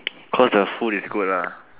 cause the food is good lah